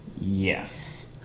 Yes